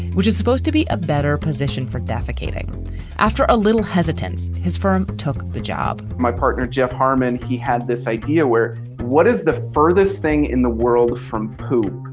which is supposed to be a better position for defecating after a little hesitancy. his firm took the job my partner, jeff harmon, he had this idea where what is the furthest thing in the world from poop,